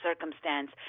circumstance